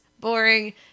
boring